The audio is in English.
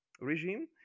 regime